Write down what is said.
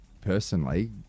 personally